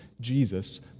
Jesus